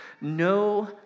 no